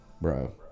bro